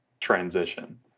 transition